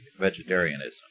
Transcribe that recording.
vegetarianism